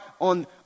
on